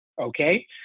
okay